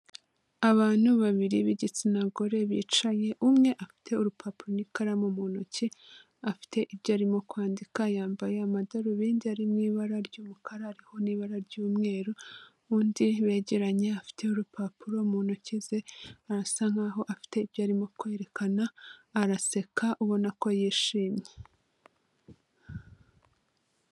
Abantu babiri b'igitsina gore bicaye umwe afite urupapuro n'ikaramu mu ntoki afite ibyo arimo kwandika yambaye amadarubindi ari mu ibara ry'ubukara arimo n'ibara ry'umweru undi begeranye afite urupapuro mu ntoki ze arasa nk'aho afite ibyo arimo kwerekana araseka ubona ko yishimye.